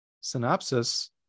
Synopsis